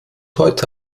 heute